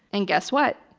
and guess what?